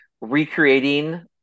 recreating